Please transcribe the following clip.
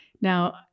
Now